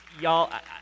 Y'all